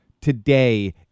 today